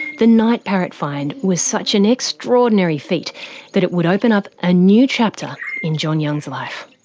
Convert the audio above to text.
the night parrot find was such an extraordinary feat that it would open up a new chapter in john young's life.